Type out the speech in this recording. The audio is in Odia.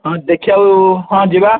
ହଁ ଦେଖିବାକୁ ହଁ ଯିବା